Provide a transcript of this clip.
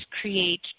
create